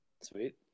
Sweet